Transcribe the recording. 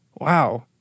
wow